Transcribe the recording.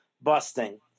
busting